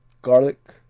garlic,